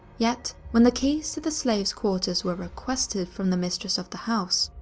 yet, when the keys to the slaves' quarters were requested from the mistress of the house,